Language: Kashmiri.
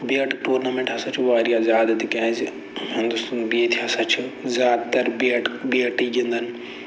بٮ۪ٹ ٹورنَمٮ۪نٹ ہسا چھُ زیادٕ ییٚتہِ تِکیازِ ہِندُستان بیٚیہِ ییٚتہِ ہسا چھِ زیادٕ تَر بٮ۪ٹ بٮ۪ٹٕے گِندان